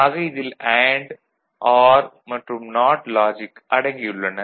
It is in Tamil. ஆக இதில் அண்டு ஆர் மற்றும் நாட் லாஜிக் அடங்கியுள்ளன